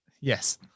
Yes